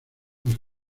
las